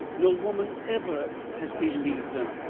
no woman ever has believed them.